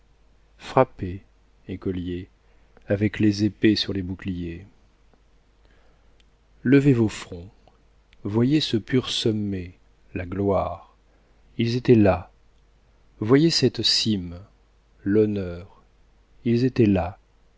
frappez écoliers avec les épées sur les boucliers levez vos fronts voyez ce pur sommet la gloire ils étaient là voyez cette cime l'honneur ils étaient là